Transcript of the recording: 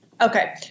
Okay